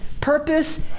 purpose